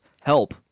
help